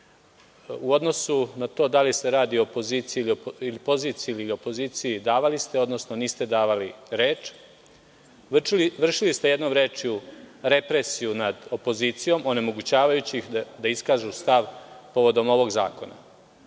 u odnosu na to da li se radi o poziciji ili opoziciji davali ste, odnosno niste davali reč. Vršili ste, jednom rečju, represiju nad opozicijom, onemogućavajući ih da iskažu stav povodom ovog